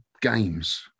games